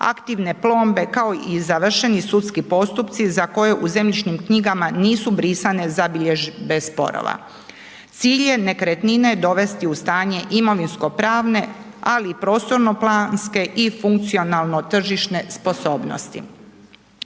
aktivne plombe, kao i zavrešeni sudski postupci za koje u zemljišnim knjigama nisu brisane zabilježbe sporova. Cilj je nekretnine dovesti u stanje imovinsko pravne, ali i prostorno planske i funkcionalno tržišne sposobnosti.